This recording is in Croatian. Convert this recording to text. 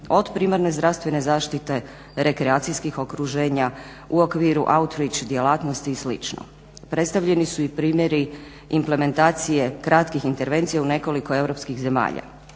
Od primarne zdravstvene zaštite, rekreacijskih okruženja u okviru outrich djelatnosti i slično. Predstavljeni su i primjeri implementacije kratkih intervencija u nekoliko europskih zemalja.